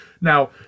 Now